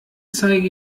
zeige